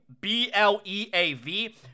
B-L-E-A-V